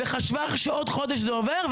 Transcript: חשבה שעוד חודש זה עובר,